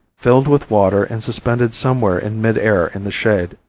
filled with water and suspended somewhere in midair in the shade.